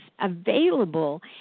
available